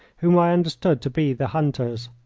whom i understood to be the hunters.